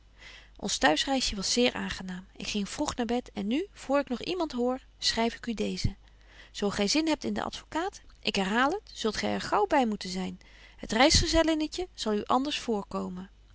ons thuisreisje was zeer aangenaam ik ging vroeg naar bed en nu voor ik nog iemand hoor schryf ik u deezen zo gy zin hebt in den advocaat ik herhaal het zult gy er gaauw by moeten zyn het reisgezellinnetje zal u anders voorkomen